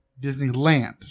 Disneyland